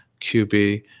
QB